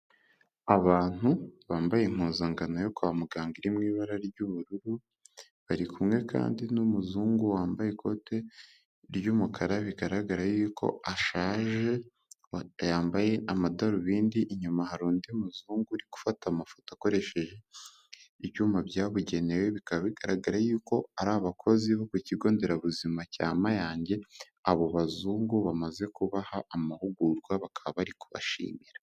Abantu bambaye impuzankano yo kwa muganga iri mu ibara ry'ubururu, bari kumwe kandi n'umuzungu wambaye ikote ry'umukara bigaragara yuko ashaje, yambaye amadarubindi, inyuma hari undi muzungu uri gufata amafoto akoresheje ibyuma byabugenewe, bikaba bigaragara yuko ari abakozi bo ku kigo nderabuzima cya Mayange, abo bazungu bamaze kubaha amahugurwa, bakaba bari kubashimira.